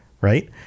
Right